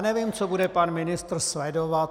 Nevím, co bude pan ministr sledovat.